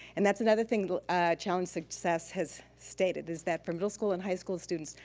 and that's another thing that challenge success has stated is that for middle school and high school students,